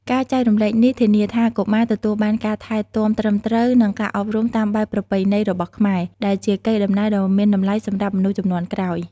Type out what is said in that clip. ការចែករំលែកនេះធានាថាកុមារទទួលបានការថែទាំត្រឹមត្រូវ និងការអប់រំតាមបែបប្រពៃណីរបស់ខ្មែរ ដែលជាកេរដំណែលដ៏មានតម្លៃសម្រាប់មនុស្សជំនាន់ក្រោយ។